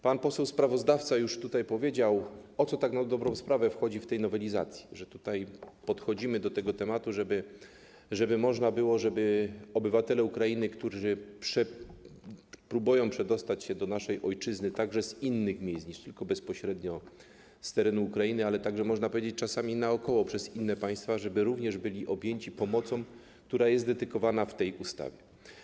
Pan poseł sprawozdawca już powiedział, o co tak na dobrą sprawę chodzi w tej nowelizacji, że podchodzimy do tego tematu tak, żeby można było obywateli Ukrainy, którzy próbują przedostać się do naszej ojczyzny także z innych miejsc niż tylko bezpośrednio z terenu Ukrainy, także, można powiedzieć, czasami naokoło, przez inne państwa, również objąć pomocą, która jest przewidziana w tej ustawie.